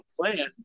plan